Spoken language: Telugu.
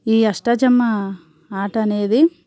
ఈ అష్టాచమ్మా ఆట అనేది